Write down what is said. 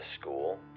school